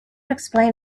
explain